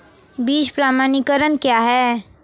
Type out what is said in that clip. बीज प्रमाणीकरण क्या है?